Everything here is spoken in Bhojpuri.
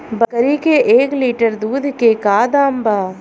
बकरी के एक लीटर दूध के का दाम बा?